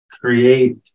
Create